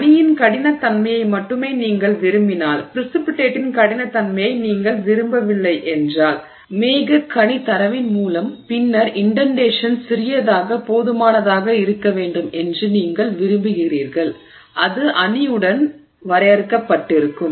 அணியின் கடினத்தன்மையை மட்டுமே நீங்கள் விரும்பினால் ப்ரிசிபிடேட்டின் கடினத்தன்மையை நீங்கள் விரும்பவில்லை என்றால் மேகக்கணி தரவின் மூலம் பின்னர் இன்டென்டேஷன் சிறியதாக போதுமானதாக இருக்க வேண்டும் என்று நீங்கள் விரும்புகிறீர்கள் அது அணியுடன் வரையருக்கப்பட்டிருக்கும்